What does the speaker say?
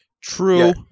True